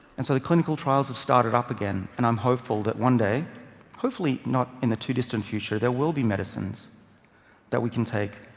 and so the clinical trials have started up again, and i'm hopeful that one day hopefully, not in a too distant future there will be medicines that we can take,